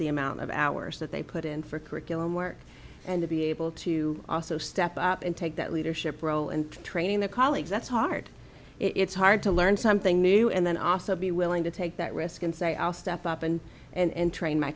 the amount of hours that they put in for curriculum work and to be able to also step up and take that leadership role and training their colleagues that's hard it's hard to learn something new and then also be willing to take that risk and say i'll step up and and train my